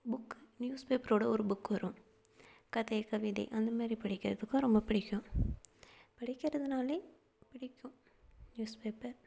book news பேப்பரோட ஒரு book வரும் கதை கவிதை அந்தமாதிரி படிக்கிறதுக்கும் ரொம்ப பிடிக்கும் படிக்கிறதுனாலே பிடிக்கும் நியூஸ் பேப்பர்